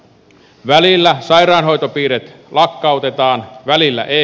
välillä sairaanhoitopiirit lakkautetaan välillä ei